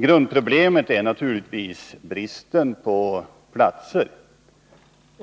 Grundproblemet är naturligtvis bristen på platser.